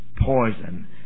poison